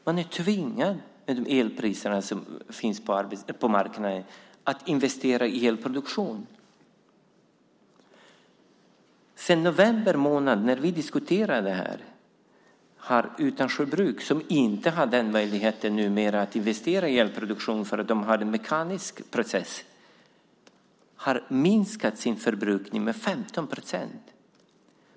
Med de elpriser som är på marknaden är man tvingad att investera i elproduktion. Sedan november månad när vi diskuterade detta har Utansjö bruk, som numera inte har möjlighet att investera i elproduktion eftersom de har en mekanisk process, minskat sin förbrukning med 15 procent.